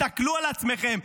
הסתכלו על עצמכם,